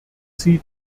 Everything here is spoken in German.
sie